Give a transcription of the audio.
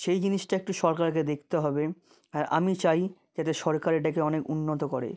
সেই জিনিসটা একটু সরকারকে দেখতে হবে হ্যাঁ আমি চাই যাতে সরকার এটাকে অনেক উন্নত করে